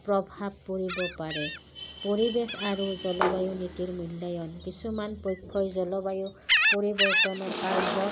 প্ৰভাৱ পৰিব পাৰে পৰিৱেশ আৰু জলবায়ু নীতিৰ মূল্যায়ন কিছুমান পক্ষই জলবায়ু পৰিৱৰ্তনৰ